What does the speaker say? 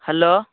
hello